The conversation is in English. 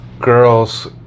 girls